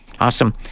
Awesome